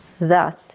Thus